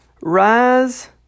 rise